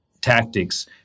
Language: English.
tactics